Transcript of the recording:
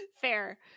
Fair